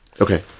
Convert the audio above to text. Okay